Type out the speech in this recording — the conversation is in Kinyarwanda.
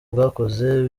bwakoze